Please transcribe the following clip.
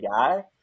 guy